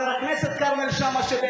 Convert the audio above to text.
חבר הכנסת כרמל שאמה,